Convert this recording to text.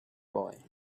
boy